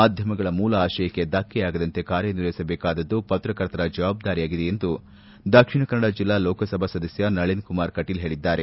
ಮಾಧ್ಯಮಗಳ ಮೂಲ ಆಶಯಕ್ಕೆ ಧಕ್ಕೆಯಾಗದಂತೆ ಕಾರ್ಯನಿರ್ವಹಿಸಬೇಕಾದ್ದು ಪತ್ರಕರ್ತರ ಜವಾಬ್ದಾರಿಯಾಗಿದೆ ಎಂದು ದಕ್ಷಿಣ ಕನ್ನಡ ಜಿಲ್ಲಾ ಲೋಕಸಭಾ ಸದಸ್ಯ ನಳಿನ್ ಕುಮಾರ್ ಕಟೀಲ್ ಹೇಳಿದ್ದಾರೆ